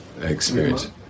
experience